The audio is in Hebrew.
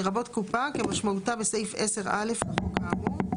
לרבות קופה כמשמעותה בסעיף 10(א) לחוק האמור,